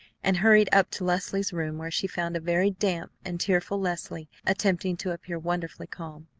and hurried up to leslie's room, where she found a very damp and tearful leslie attempting to appear wonderfully calm.